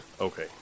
Okay